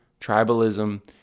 tribalism